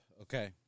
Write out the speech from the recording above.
Okay